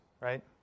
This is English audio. right